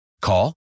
Call